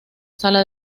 sala